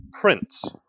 Prince